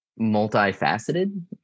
multifaceted